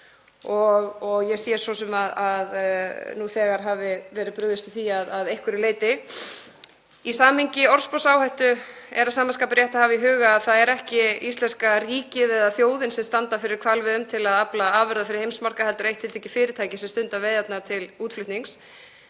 Ég sé svo sem að nú þegar hefur verið brugðist við því að einhverju leyti. Í samhengi orðsporsáhættu er að sama skapi rétt að hafa í huga að það er ekki íslenska ríkið eða þjóðin sem standa fyrir hvalveiðum til að afla afurða fyrir heimsmarkaði heldur eitt tiltekið fyrirtæki sem stundar veiðarnar til útflutnings.